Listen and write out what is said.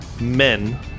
men